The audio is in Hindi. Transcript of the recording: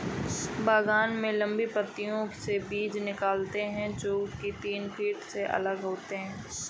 बागान में लंबी पंक्तियों से बीज निकालते है, जो दो तीन फीट अलग होते हैं